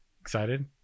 Excited